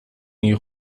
میگی